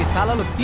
hello